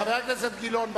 חבר הכנסת גילאון,